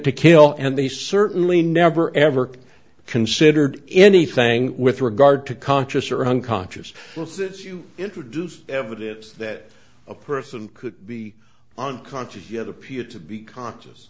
to kill and they certainly never ever considered anything with regard to conscious or unconscious you introduce evidence that a person could be unconscious other p had to be conscious